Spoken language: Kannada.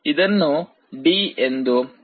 ಇದನ್ನು ಡಿ ಎಂದು ಕರೆಯೋಣ